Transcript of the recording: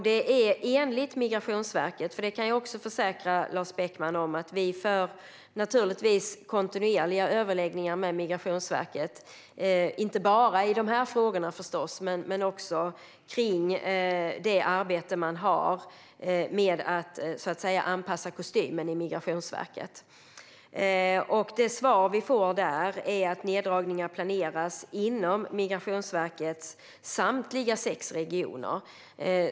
Detta är enligt Migrationsverket, för jag kan också försäkra Lars Beckman om att vi naturligtvis för kontinuerliga överläggningar med Migrationsverket, inte bara i dessa frågor utan också om arbetet med att så att säga anpassa kostymen i myndigheten. Det svar vi får är att neddragningar planeras inom Migrationsverkets samtliga sex regioner.